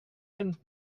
hänt